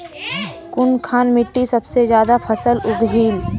कुनखान मिट्टी सबसे ज्यादा फसल उगहिल?